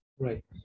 Right